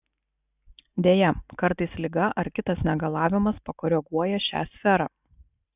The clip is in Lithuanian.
deja kartais liga ar kitas negalavimas pakoreguoja šią sferą